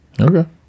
Okay